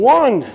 one